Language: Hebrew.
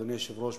אדוני היושב-ראש,